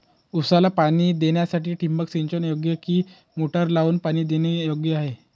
ऊसाला पाणी देण्यासाठी ठिबक सिंचन योग्य कि मोटर लावून पाणी देणे योग्य आहे?